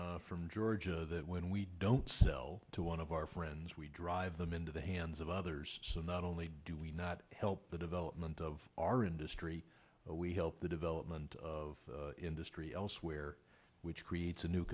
gentleman from georgia that when we don't sell to one of our friends we drive them into the hands of others so not only do we not help the development of our industry we help the development of industry elsewhere which creates a new